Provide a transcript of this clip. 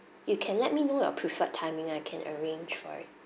you can let me know your preferred timing I can arrange for it